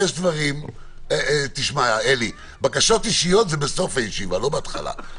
אלי, בקשות אישיות בסוף הישיבה, לא בהתחלה.